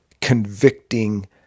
convicting